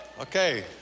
Okay